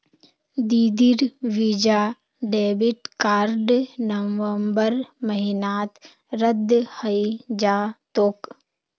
दीदीर Visa debit card नवंबर महीनात रद्द हइ जा तोक